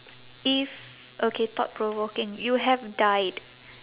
if okay thought-provoking you have died